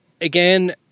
again